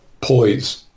Poise